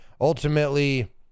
ultimately